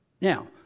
Now